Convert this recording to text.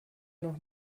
noch